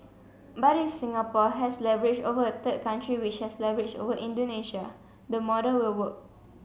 but if Singapore has leverage over a third country which has leverage over Indonesia the model will work